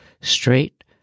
straight